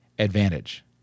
advantage